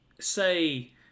say